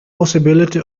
possibility